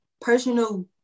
personal